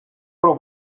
про